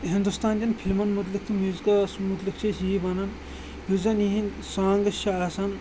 ہِندُستانکٮ۪ن فِلمَن مُتعلق تہٕ میوٗزکٲس مُتعلق چھِ أسۍ یی وَنان یُس زَن یِہِنٛدۍ سانٛگٕس چھِ آسان